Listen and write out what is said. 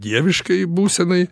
dieviškajai būsenai